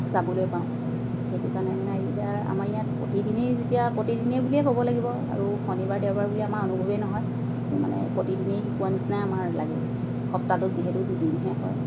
চাবলৈ পাওঁ সেইটো কাৰণে মানে এতিয়া আমাৰ ইয়াত প্ৰতিদিনেই যেতিয়া প্ৰতিদিনেই বুলিয়ে ক'ব লাগিব আৰু শনিবাৰ দেওবাৰ বুলি আমাৰ অনুভৱেই নহয় এইটো মানে প্ৰতিদিনেই শিকোৱা নিচিনাই আমাৰ লাগে সপ্তাহটোত যিহেতু দুদিনহে হয়